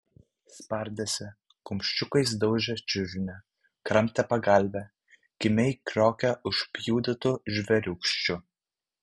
spardėsi kumščiukais daužė čiužinį kramtė pagalvę kimiai kriokė užpjudytu žvėriūkščiu